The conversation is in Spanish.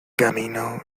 camino